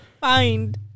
Find